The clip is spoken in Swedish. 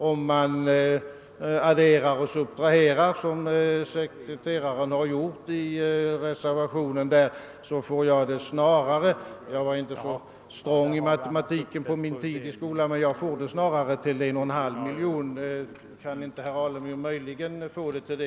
Om man adderar och subtraherar som den sekreterare gjort vilken räknat fram siffrorna i reservationen får jag — jag var inte så strong i matematik under min tid i skolan — det snarare till 1,5 miljoner. Kan inte också herr Alemyr möjligen få det till det?